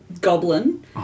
goblin